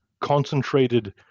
concentrated